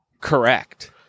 correct